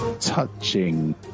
Touching